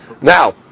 Now